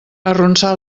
arronsà